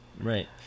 Right